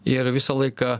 ir visą laiką